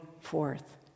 forth